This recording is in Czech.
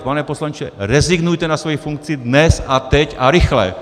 Pane poslanče, rezignujte na svoji funkci dnes a teď a rychle!